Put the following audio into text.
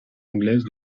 anglaise